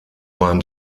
beim